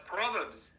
Proverbs